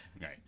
Right